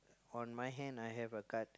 on my hand I have a card